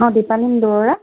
অঁ দীপালীম দুৱৰা